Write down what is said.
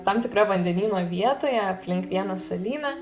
tam tikroje vandenyno vietoje aplink vieną salyną